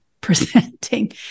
presenting